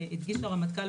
הדגיש הרמטכ"ל,